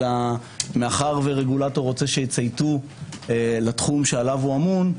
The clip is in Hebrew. מאחר שרגולטור רוצה שיצייתו לתחום שעליו הוא אמון,